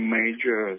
major